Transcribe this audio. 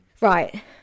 Right